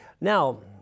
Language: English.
Now